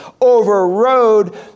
overrode